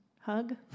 hug